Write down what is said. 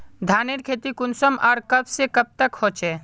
धानेर खेती कुंसम आर कब से कब तक होचे?